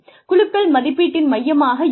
குழுக்கள் மதிப்பீட்டின் மையமாக இருக்கும்